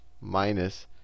minus